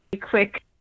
quick